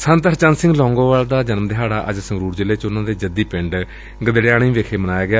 ਸੰਤ ਹਰਚੰਦ ਸਿੰਘ ਲੌਂਗੋਵਾਲ ਦਾ ਜਨਮ ਦਿਹਾੜਾ ਅੱਜ ਸੰਗਰੂਰ ਜ਼ਿਲ੍ਹੇ ਚ ਉਨ੍ਹਾਂ ਦੇ ਜੱਦੀ ਪਿੰਡ ਗਦੜਿਆਣੀ ਵਿਖੇ ਮਨਾਇਆ ਗਿਆ